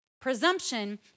Presumption